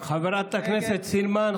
נגד חברת הכנסת סילמן,